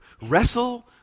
wrestle